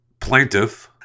plaintiff